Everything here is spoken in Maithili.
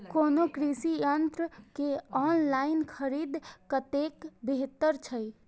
कोनो कृषि यंत्र के ऑनलाइन खरीद कतेक बेहतर छै?